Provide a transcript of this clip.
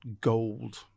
gold